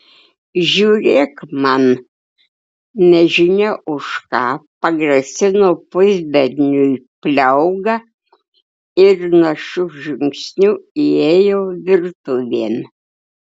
žiūrėk man nežinia už ką pagrasino pusberniui pliauga ir našiu žingsniu įėjo virtuvėn